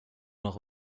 noch